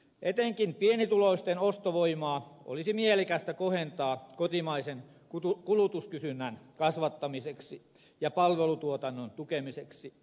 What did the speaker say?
etenkin pienituloisten ostovoimaa olisi mielekästä kohentaa kotimaisen kulutuskysynnän kasvattamiseksi ja palvelutuotannon tukemiseksi